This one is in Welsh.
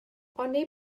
oni